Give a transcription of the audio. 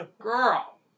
Girl